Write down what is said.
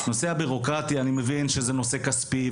הנושא הביורוקרטי אני מבין שזה נושא כספי,